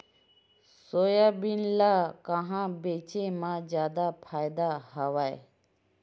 Soybean ल कहां बेचे म जादा फ़ायदा हवय?